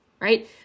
right